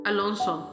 Alonso